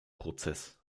prozess